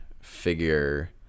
figure